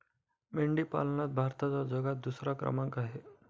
मेंढी पालनात भारताचा जगात दुसरा क्रमांक आहे